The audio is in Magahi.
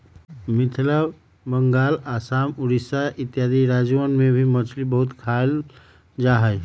मिथिला बंगाल आसाम उड़ीसा इत्यादि राज्यवन में भी मछली बहुत खाल जाहई